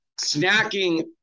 snacking